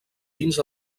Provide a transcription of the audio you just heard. dins